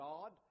God